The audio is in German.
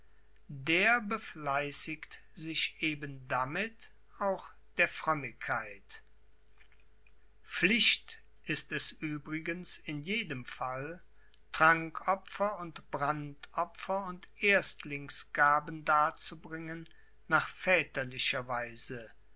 der befleißigt sich eben damit auch der frömmigkeit pflicht ist es übrigens in jedem fall trankopfer und brandopfer und erstlingsgaben darzubringen nach väterlicher weise